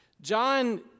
John